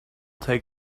take